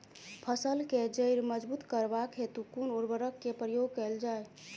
फसल केँ जड़ मजबूत करबाक हेतु कुन उर्वरक केँ प्रयोग कैल जाय?